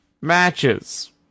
matches